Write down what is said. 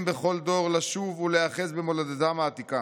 בכל דור לשוב ולהיאחז במולדתם העתיקה,